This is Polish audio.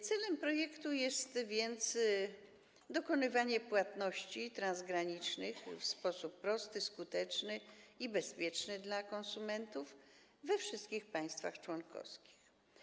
Celem projektu jest więc dokonywanie płatności transgranicznych w sposób prosty, skuteczny i bezpieczny dla konsumentów we wszystkich państwach członkowskich.